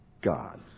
God